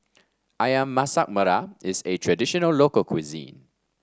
ayam Masak Merah is a traditional local cuisine